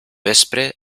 vespre